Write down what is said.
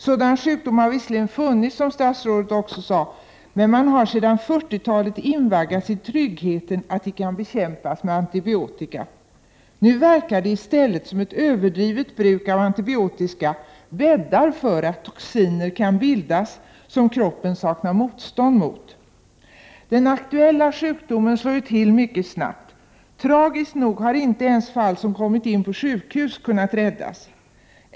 Sådana sjukdomar har visserligen alltid funnits, som statsrådet sade, men man har sedan 40-talet invaggats i tryggheten att de kan bekämpas med antibiotika. Nu verkar det i stället som om ett överdrivet bruk av antibiotika bäddar för att toxiner som kroppen saknar motstånd mot kan bildas. Den aktuella sjukdomen slår ju till mycket snabbt. Tragiskt nog har inte ens personer som kommit till sjukhus kunnat räddas.